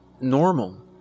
normal